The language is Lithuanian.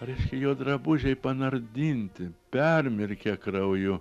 reiškia jo drabužiai panardinti permirkę krauju